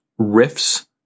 riffs